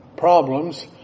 Problems